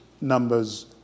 numbers